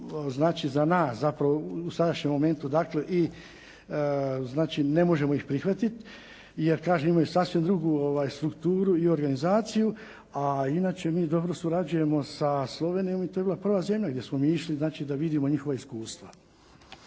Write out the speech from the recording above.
znači za nas, zapravo u sadašnjem momentu dakle i ne možemo ih prihvatiti, jer kažem imaju sasvim drugu strukturu i organizaciju, a inače mi dobro surađujemo sa Slovenijom. I to je bila prva zemlja gdje smo mi išli da vidimo njihova iskustva.